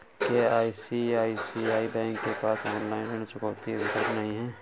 क्या ICICI bank के पास ऑनलाइन ऋण चुकौती का विकल्प नहीं है?